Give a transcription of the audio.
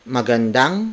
Magandang